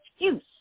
excuse